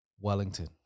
Wellington